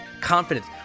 confidence